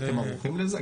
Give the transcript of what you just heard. הייתם ערוכים לזה?